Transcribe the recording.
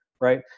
right